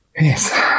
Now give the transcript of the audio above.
Yes